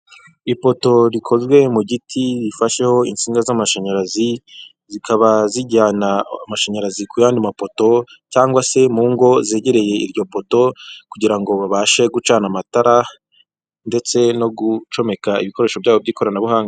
Ipoto rikozwe mu giti, rifasheho insinga z'amashanyarazi, zikaba zijyana amashanyarazi ku yandi mapoto, cyangwa se mu ngo zegereye iryo poto, kugira ngo babashe gucana amatara, ndetse no gucomeka ibikoresho byabo by'ikoranabuhanga.